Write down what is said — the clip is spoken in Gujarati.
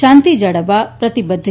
શાંતિ જાળવવા પ્રતિબદ્ધ છે